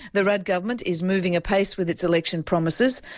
the rudd government is moving apace with its election promises,